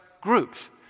groups